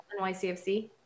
NYCFC